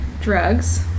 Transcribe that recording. drugs